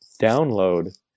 download